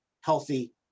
healthy